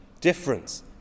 Difference